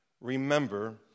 remember